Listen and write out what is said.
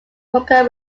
croker